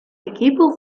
equipo